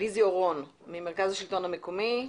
ליזי אורון, ממרכז השלטון המקומי,